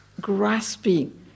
grasping